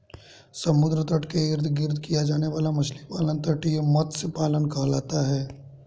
समुद्र तट के इर्द गिर्द किया जाने वाला मछली पालन तटीय मत्स्य पालन कहलाता है